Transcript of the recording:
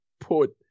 put